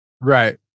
Right